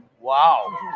Wow